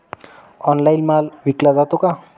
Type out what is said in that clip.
Online माल विकला जातो का?